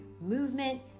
movement